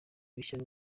bishya